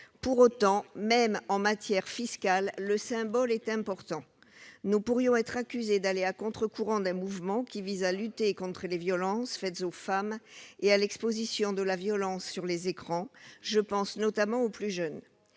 Pour autant, même en matière fiscale, le symbole est important. Nous pourrions être accusés d'aller à contre-courant d'un mouvement qui vise à lutter contre les violences faites aux femmes et l'exposition de la violence sur les écrans- je pense notamment aux plus jeunes.